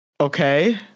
Okay